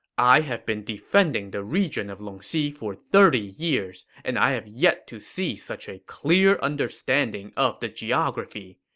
i have been defending the region of longxi for thirty years, and i have yet to see such a clear understanding of the geography.